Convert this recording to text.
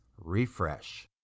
refresh